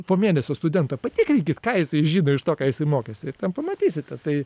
po mėnesio studentą patikrinkit ką jisai žino iš to ką jisai mokėsi ir ten pamatysite tai